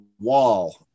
wall